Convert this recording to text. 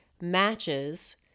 matches